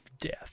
death